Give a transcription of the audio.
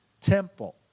temple